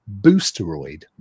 boosteroid